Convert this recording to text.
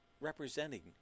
representing